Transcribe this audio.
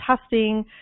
testing